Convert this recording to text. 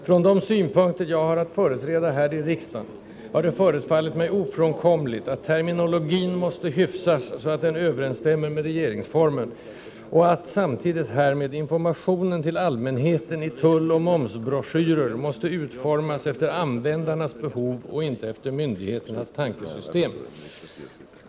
Från de synpunkter jag har att företräda här i riksdagen har det förefallit mig ofrånkomligt att terminologin måste hyfsas så att den överensstämmer med regeringsformen och att, samtidigt härmed, informationen till allmänheten i tulloch momsbroschyrer måste utformas efter användarnas behov och inte efter myndigheternas tankesystem.